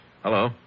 Hello